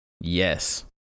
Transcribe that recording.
Yes